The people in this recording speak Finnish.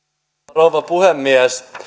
rouva puhemies